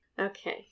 Okay